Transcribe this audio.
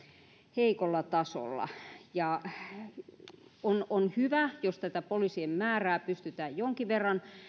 heikolla tasolla on on hyvä jos tätä poliisien määrää pystytään jonkin verran